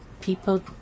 people